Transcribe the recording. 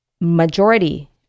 majority